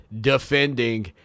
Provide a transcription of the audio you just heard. defending